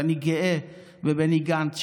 ואני גאה בבני גנץ,